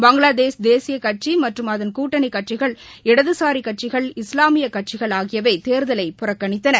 பங்களாதேஷ் தேசிய கட்சி மற்றும் அதன் கூட்டணி கட்சிகள் இடதுசாரி கட்சிகள் இஸ்லாமிய கட்சிகள் ஆகியவை தேர்தலை புறக்கணித்தன